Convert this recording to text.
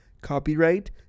Copyright